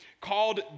called